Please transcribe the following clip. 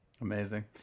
Amazing